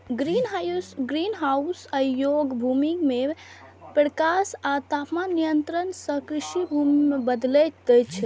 greenhouse अयोग्य भूमि कें प्रकाश आ तापमान नियंत्रण सं कृषि भूमि मे बदलि दै छै